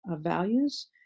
values